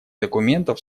документов